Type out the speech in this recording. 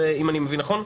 אם אני מבין נכון.